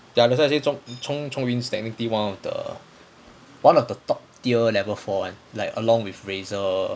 ya that's why I say zhong chong chong yun is technically is one of the top tier level four and like along with razor